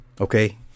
Okay